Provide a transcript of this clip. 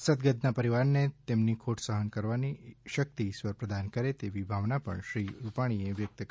સદગતના પરિવારને તેમની ખોટ સહન કરવાની શક્તિ ઈશ્વર પ્રદાન કરે તેવી ભાવના પણ શ્રી રૂપાણીએ વ્યક્ત કરી છે